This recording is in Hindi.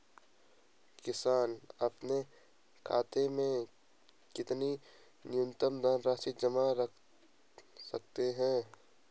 किसान अपने खाते में कितनी न्यूनतम धनराशि जमा रख सकते हैं?